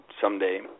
someday